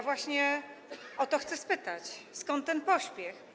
Właśnie o to chcę spytać: Skąd ten pośpiech?